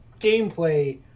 gameplay